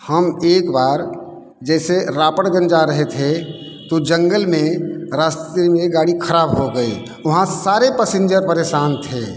हम एक बार जैसे रापड़गंज जा रहे थे तो जंगल में रास्ते में गाड़ी खराब हो गई वहाँ सारे पैसेंजर परेशान थे